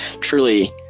truly